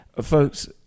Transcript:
folks